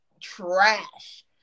trash